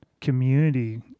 community